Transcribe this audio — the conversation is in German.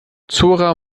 zora